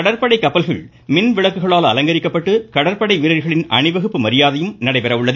கடற்படை கப்பல்கள் மின் விளக்குகளால் அலங்கரிக்கப்பட்டு கடற்படை வீரர்களின் அணிவகுப்பு மரியாதையும் நடைபெற உள்ளது